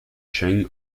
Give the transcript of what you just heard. cheng